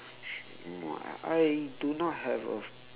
no I I I do not have a